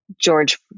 George